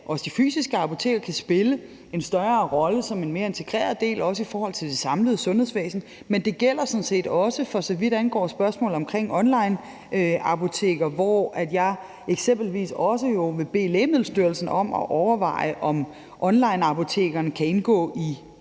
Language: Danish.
også de fysiske apoteker kan spille en større rolle som en mere integreret del af det samlede sundhedsvæsen. Men det gælder sådan set også, for så vidt angår spørgsmålet omkring onlineapoteker, hvor jeg jo eksempelvis også vil bede Lægemiddelstyrelsen om at overveje, om onlineapotekerne kan indgå i